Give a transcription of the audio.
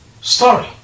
story